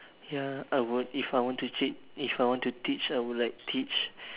ya I would if I want to cheat if I want to teach I would like teach